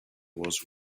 was